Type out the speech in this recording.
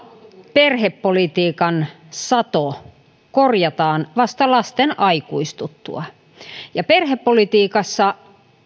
perhepolitiikan sato korjataan vasta lasten aikuistuttua ja perhepolitiikassa